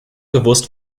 gewusst